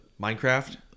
minecraft